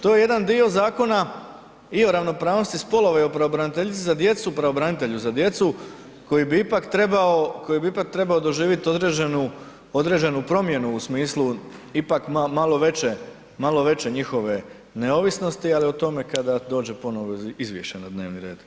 To je jedan dio Zakona i o ravnopravnosti spolova i pravobraniteljici za djecu, pravobranitelju za djecu koji bi ipak trebao doživjet određenu promjenu u smislu ipak malo veće njihove neovisnosti ali i o tome kada dođe ponovno izvješće na dnevni red.